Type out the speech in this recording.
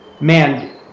Man